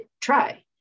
try